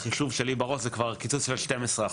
בחישוב שלי בראש זה קיצוץ של 12%,